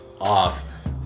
off